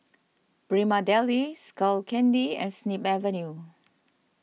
Prima Deli Skull Candy and Snip Avenue